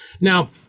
Now